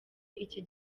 iki